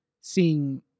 seeing